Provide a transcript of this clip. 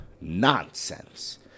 nonsense